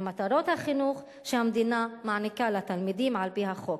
מטרות החינוך שהמדינה מעניקה לתלמידים על-פי החוק.